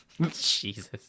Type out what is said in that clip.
Jesus